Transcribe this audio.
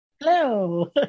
Hello